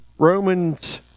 Romans